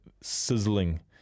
sizzling